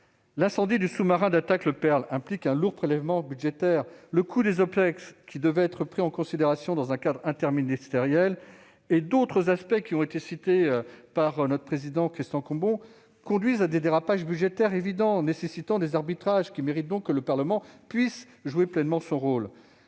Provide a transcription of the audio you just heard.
L'incendie du sous-marin nucléaire d'attaque implique quant à lui un lourd prélèvement budgétaire. Le coût des OPEX, qui devait être pris en considération dans un cadre interministériel, et d'autres aspects cités par le président Christian Cambon conduisent à des dérapages budgétaires évidents nécessitant des arbitrages, qui méritent donc que le Parlement puisse jouer pleinement son rôle.